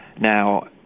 Now